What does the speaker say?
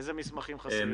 איזה מסמכים חסרים לכם?